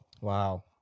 Wow